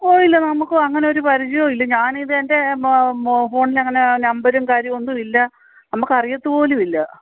ഓ ഇല്ല നമുക്ക് അങ്ങനെയൊരു പരിചയവും ഇല്ല ഞാൻ ഇതെൻ്റെ ഫോണിലങ്ങനെ നമ്പരും കാര്യവും ഒന്നുമില്ല നമുക്ക് അറിയത്തുപോലും ഇല്ല